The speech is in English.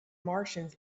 martians